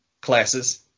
classes